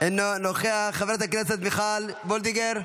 אינו נוכח, חברת הכנסת מיכל וולדיגר,